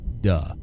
duh